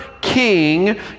king